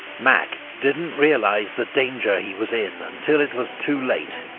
mack didn't realise the danger he was in until it was too late.